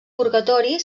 purgatori